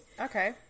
Okay